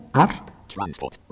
transport